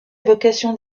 évocation